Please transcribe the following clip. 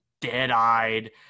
dead-eyed